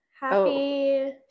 Happy